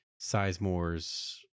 Sizemore's